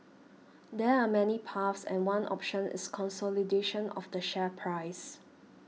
there are many paths and one option is consolidation of the share price